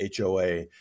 hoa